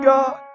God